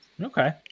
okay